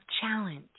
challenge